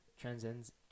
transcends